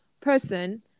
person